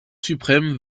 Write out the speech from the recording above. suprême